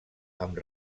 amb